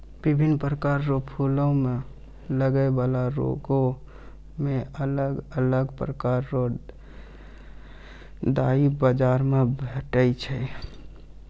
बिभिन्न प्रकार रो फूलो मे लगै बाला रोगो मे अलग अलग प्रकार रो दबाइ बाजार मे भेटै छै